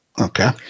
Okay